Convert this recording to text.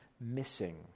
missing